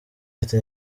ati